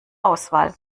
auswahl